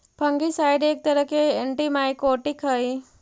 fungicide एक तरह के एंटिमाइकोटिक हई